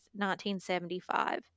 1975